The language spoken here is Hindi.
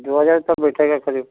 दो हज़ार का बैठेगा करीब